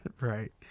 Right